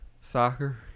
soccer